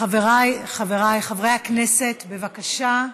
חבריי חברי הכנסת, בבקשה,